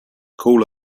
call